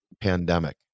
pandemic